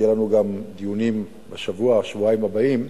יהיו לנו גם דיונים בשבוע-שבועיים הבאים.